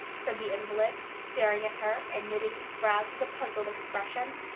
said the invalid, staring at her and knitting his brows with a puzzled expression.